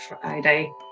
Friday